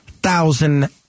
thousand